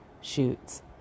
shoots